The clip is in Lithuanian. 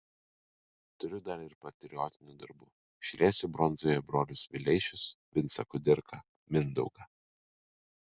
turiu dar ir patriotinių darbų išliesiu bronzoje brolius vileišius vincą kudirką mindaugą